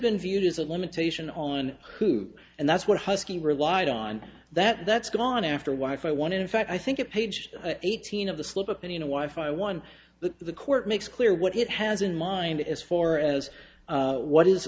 been viewed as a limitation on who and that's what husky relied on that that's gone after a wife i wanted in fact i think it page eighteen of the slip up and you know why if i won the court makes clear what it has in mind as far as what is